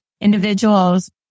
individuals